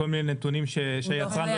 כל מיני נתונים שהיצרן נותן לו.